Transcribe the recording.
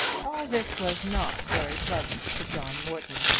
all this was not very pleasant to john morton.